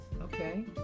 Okay